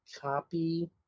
copy